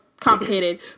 complicated